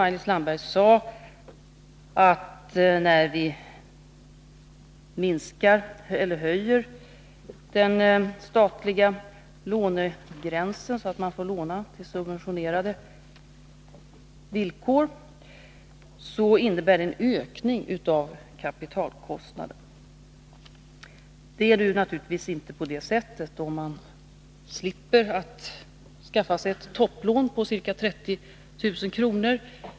Maj-Lis Landberg sade att när vi höjer den statliga lånegräns där man får låna på subventionerade villkor innebär det en ökning av kapitalkostnaden. Det är naturligtvis inte på det sättet. Om man slipper att skaffa sig ett topplån på ca 30 000 kr.